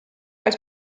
als